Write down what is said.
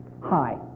Hi